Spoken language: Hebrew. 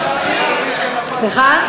סליחה?